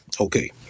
Okay